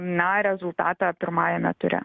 na rezultatą pirmajame ture